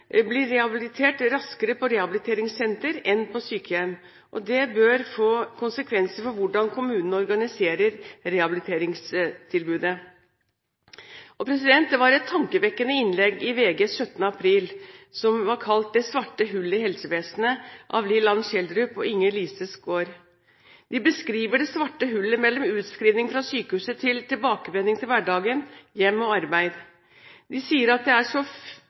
blir rehabilitert raskere på rehabiliteringssenter enn på sykehjem, og det bør få konsekvenser for hvordan kommunene organiserer rehabiliteringstilbudet. Det var et tankevekkende innlegg i VG l7. april som var kalt «Det svarte hullet i helsevesenet», av Lill-Ann Schjelderup og Inger Lise Skaar. De beskriver det «svarte hullet» mellom utskrivning fra sykehuset til tilbakevending til hverdagen, hjem og arbeid. De sier at det som så